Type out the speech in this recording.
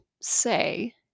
say